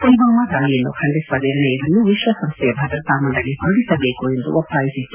ಪುಲ್ವಾಮಾ ದಾಳಿಯನ್ನು ಖಂಡಿಸುವ ನಿರ್ಣಯವನ್ನು ವಿಶ್ವಸಂಸ್ಥೆಯ ಭದ್ರತಾ ಮಂಡಳಿ ಹೊರಡಿಸಬೇಕು ಎಂದು ಒತ್ತಾಯಿಸಿತ್ತು